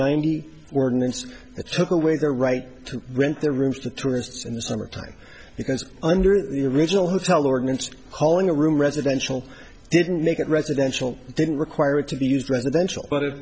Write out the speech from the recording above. ninety ordinance that took away their right to rent their rooms to tourists in the summertime because under the original hotel ordinance calling a room residential didn't make it residential didn't require it to be used residential but